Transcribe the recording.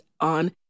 on